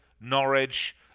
Norwich